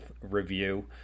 review